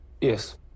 Yes